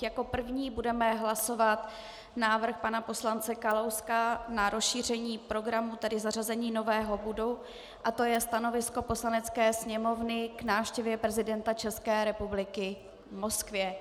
Jako první budeme hlasovat návrh pana poslance Kalouska na rozšíření programu, tedy zařazení nového bodu, a to je Stanovisko Poslanecké sněmovny k návštěvě prezidenta České republiky v Moskvě.